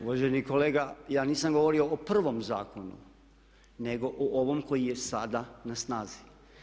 Uvaženi kolega ja nisam govorio o prvom zakonu nego o ovom koji je sada na snazi.